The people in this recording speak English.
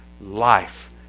life